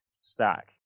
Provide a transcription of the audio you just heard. stack